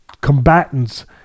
combatants